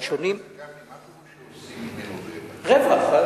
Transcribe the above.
שונים" מה פירוש "שעושים ממנו רווח"?